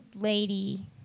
lady